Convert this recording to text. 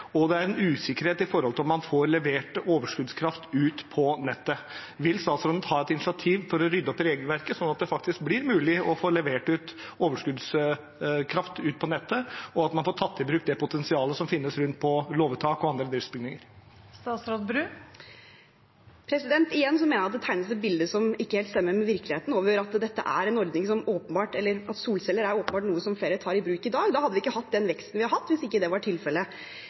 å rydde opp i regelverket, slik at det faktisk blir mulig å få levert overskuddskraft på nettet, at man får tatt i bruk det potensialet som finnes rundt på låvetak og andre driftsbygninger? Igjen mener jeg det tegnes et bilde som ikke helt stemmer med virkeligheten. Solcelle er åpenbart noe som flere tar i bruk i dag. Vi hadde ikke hatt den veksten vi har hatt, hvis ikke det var tilfellet.